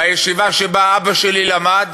בישיבה שבה אבא שלי למד